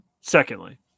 Secondly